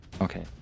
Okay